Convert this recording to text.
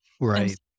Right